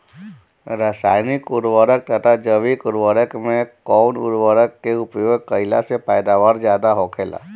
रसायनिक उर्वरक तथा जैविक उर्वरक में कउन उर्वरक के उपयोग कइला से पैदावार ज्यादा होखेला?